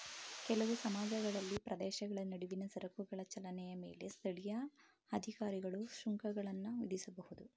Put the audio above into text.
ಕೆಲವು ಸಮಾಜಗಳಲ್ಲಿ ಪ್ರದೇಶಗಳ ನಡುವಿನ ಸರಕುಗಳ ಚಲನೆಯ ಮೇಲೆ ಸ್ಥಳೀಯ ಅಧಿಕಾರಿಗಳು ಸುಂಕಗಳನ್ನ ವಿಧಿಸಬಹುದು